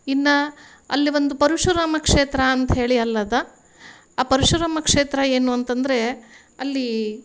ಇನ್ನು ಅಲ್ಲಿ ಒಂದು ಪರಶುರಾಮ ಕ್ಷೇತ್ರ ಅಂತ ಹೇಳಿ ಅಲ್ಲಿ ಇದೆ ಆ ಪರಶುರಾಮ ಕ್ಷೇತ್ರ ಏನು ಅಂತಂದರೆ ಅಲ್ಲಿ